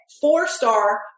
four-star